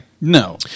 No